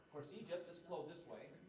course, egypt is this way.